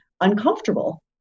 uncomfortable